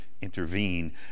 intervene